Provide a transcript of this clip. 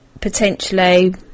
potentially